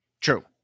True